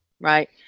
right